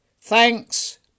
Thanks